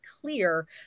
clear